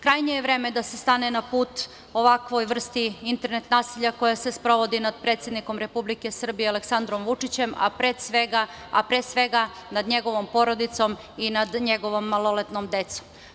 Krajnje je vreme da se stane na put ovakvoj vrsti internet nasilja koja se sprovodi nad predsednikom Republike Srbije Aleksandrom Vučićem, a pre svega nad njegovom porodicom i nad njegovom maloletnom decom.